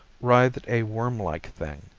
writhed a wormlike thing.